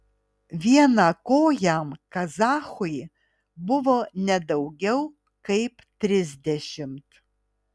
vienakojam kazachui buvo ne daugiau kaip trisdešimt